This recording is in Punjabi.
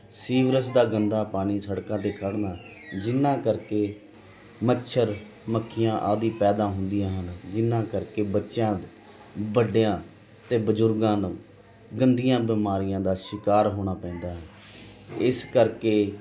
ਸੀਵਰਸ ਦਾ ਗੰਦਾ ਪਾਣੀ ਸੜਕਾਂ 'ਤੇ ਖੜ੍ਹਨਾ ਜਿਹਨਾਂ ਕਰਕੇ ਮੱਛਰ ਮੱਖੀਆਂ ਆਦਿ ਪੈਦਾ ਹੁੰਦੀਆਂ ਹਨ ਜਿਹਨਾਂ ਕਰਕੇ ਬੱਚਿਆਂ ਵੱਡਿਆਂ ਅਤੇ ਬਜ਼ੁਰਗਾਂ ਨੂੰ ਗੰਦੀਆਂ ਬਿਮਾਰੀਆਂ ਦਾ ਸ਼ਿਕਾਰ ਹੋਣਾ ਪੈਂਦਾ ਇਸ ਕਰਕੇ